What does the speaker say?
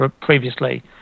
previously